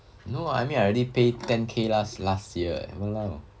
no I mean I already paid ten K last year eh !walao!